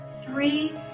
three